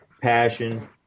passion